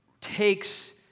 takes